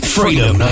Freedom